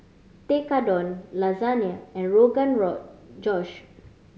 Tekkadon Lasagne and Rogan Josh